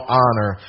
honor